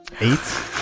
Eight